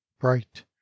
bright